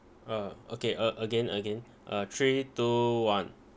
uh okay uh again again uh three two one